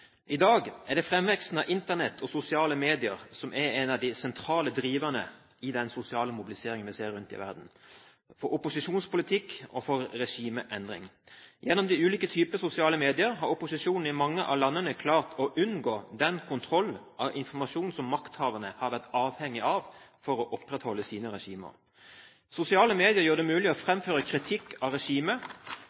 I dag er det fremveksten av Internett og sosiale medier som er de sosiale driverne i den sosiale mobiliseringen vi ser rundt i verden, for opposisjonspolitikk og for regimeendring. Gjennom de ulike typer sosiale medier har opposisjonen i mange av landene klart å unngå den kontroll av informasjon som makthaverne har vært avhengige av for å opprettholde sine regimer. Sosiale medier gjør det mulig å fremføre kritikk av regimet,